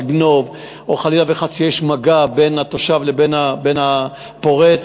לגנוב או חלילה וחס אם יש מגע בין התושב לבין הפורץ,